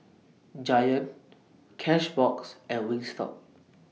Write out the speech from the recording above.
Giant Cashbox and Wingstop